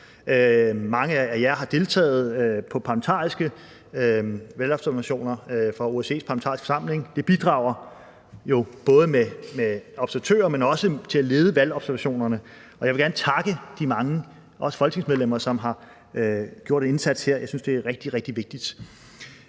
Mange af jer har deltaget på parlamentariske valgobservationer fra OSCE's parlamentariske forsamling. Det bidrager jo både med observatører, men også til at lede valgobservationerne. Og jeg vil gerne takke de mange, også folketingsmedlemmer, som har gjort en indsats her. Jeg synes, det er rigtig, rigtig vigtigt.